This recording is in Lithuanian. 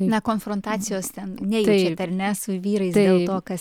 na konfrontacijos ten nejaučiat ar ne su vyrais dėl to kas